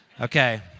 okay